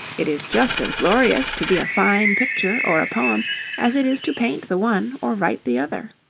it is just as glorious to be a fine picture or a poem as it is to paint the one, or write the other.